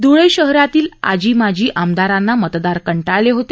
ध्ळे शहरातील आजी माजी आमदारांना मतदार कंटाळले होते